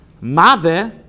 mave